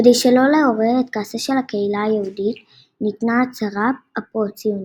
כדי שלא לעורר את כעסה של הקהילה היהודית ניתנה ההצהרה הפרו-ציונית.